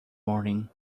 morning